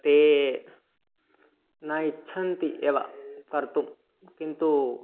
ते न इच्छन्ति एव कर्तुं किन्तु